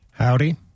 Howdy